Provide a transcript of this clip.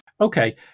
Okay